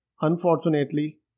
Unfortunately